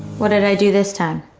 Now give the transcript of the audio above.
what did i do this time?